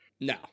No